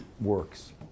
works